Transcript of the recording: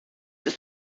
ist